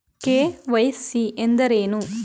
KYC ಎಂದರೇನು?